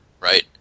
Right